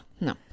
no